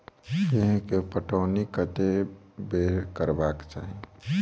गेंहूँ केँ पटौनी कत्ते बेर करबाक चाहि?